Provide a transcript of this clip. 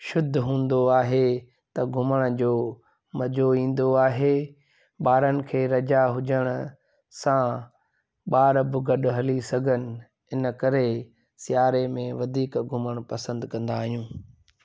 शुद्ध हूंदो आहे त घुमण जो मज़ो ईंदो आहे ॿारनि खे रजा हुजण सां ॿार बि गॾु हली सघनि इनकरे सिआरे में वधीक घुमण पसंदि कंदा आयूं